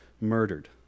murdered